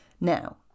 Now